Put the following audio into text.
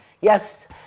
Yes